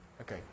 Okay